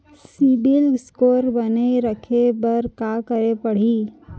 CIBIL score बने रखे बर का करे पड़ही?